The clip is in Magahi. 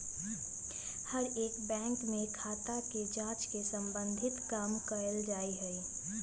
हर एक बैंक में खाता के जांच से सम्बन्धित काम कइल जा हई